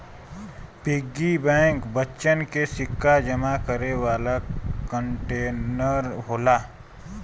piggy bank बच्चन के सिक्का जमा करे वाला कंटेनर होला